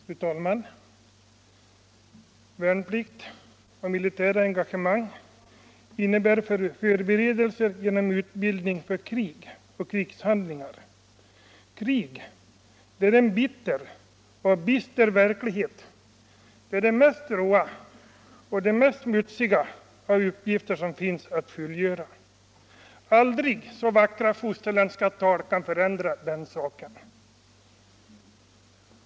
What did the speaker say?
Fru talman! Värnplikt och militära engagemang innebär förberedelser och utbildning för krig och krigshandlingar. Krig är en bitter och bister verklighet. Det innefattar de råaste och smutsigaste av alla uppgifter som finns att fullgöra. Aldrig så vackra fosterländska tal kan inte förändra den saken.